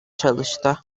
çalıştı